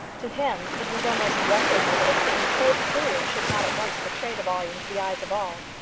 to him it was almost wonderful that a stain so peculiar should not at once betray the volume to the eyes of all.